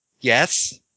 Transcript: Yes